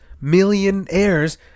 millionaires